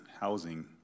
housing